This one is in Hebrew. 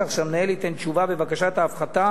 כך שהמנהל ייתן תשובה בבקשת ההפחתה